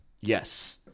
Yes